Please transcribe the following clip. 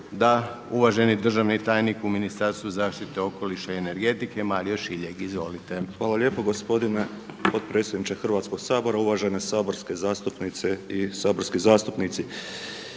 Da, uvaženi državni tajnik u Ministarstvu zaštite okoliša i energetike Mario Šiljeg. Izvolite. **Šiljeg, Mario (HDZ)** Hvala lijepo gospodine potpredsjedniče Hrvatskoga sabora, uvažene saborske zastupnice i saborski zastupnici.